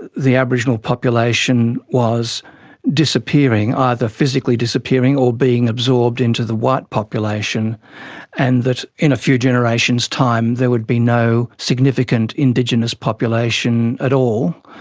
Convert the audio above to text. the aboriginal population was disappearing either physically disappearing or being absorbed into the white population and that in a few generations' time there would be no significant indigenous population at all.